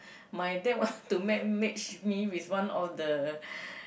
my dad want to make match me with one of the